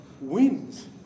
wins